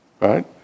Right